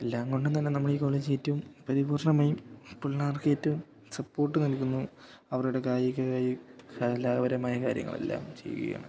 എല്ലാം കൊണ്ടും തന്നെ നമ്മളീ കോളേജേറ്റവും പരിപൂർണമായും പിള്ളാർക്കേറ്റവും സപ്പോർട്ട് നൽകുന്നു അവരുടെ കായികമായും കലാപരമായ കാര്യങ്ങളെല്ലാം ചെയ്യുകയാണ്